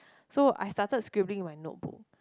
so I started scribbling on my notebook